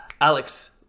Alex